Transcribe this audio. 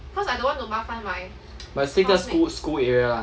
but 是个 school school area lah